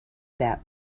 that